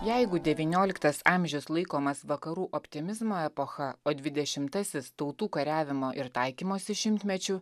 jeigu devynioliktas amžius laikomas vakarų optimizmo epocha o dvidešimtasis tautų kariavimo ir taikymosi šimtmečiu